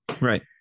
Right